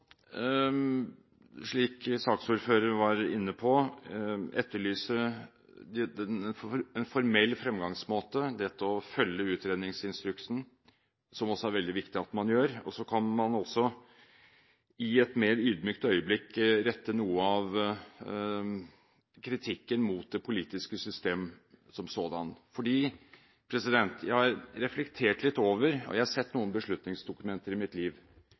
slik saksordfører var inne på, etterlyse en formell fremgangsmåte – dette å følge utredningsinstruksen – som også er veldig viktig at man gjør. Man kan også, i et mer ydmykt øyeblikk, rette noe av kritikken mot det politiske system som sådant. Jeg har reflektert litt over dette. Jeg har sett noen beslutningsdokumenter i mitt liv.